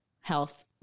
health